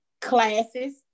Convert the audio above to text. classes